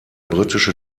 britische